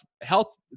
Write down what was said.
health